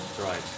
Right